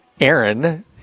Aaron